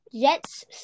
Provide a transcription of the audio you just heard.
Jets